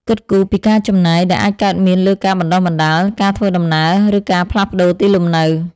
គិតគូរពីការចំណាយដែលអាចកើតមានលើការបណ្តុះបណ្តាល ការធ្វើដំណើរ ឬការផ្លាស់ប្តូរទីលំនៅ។